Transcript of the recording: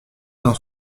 dans